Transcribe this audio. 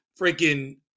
freaking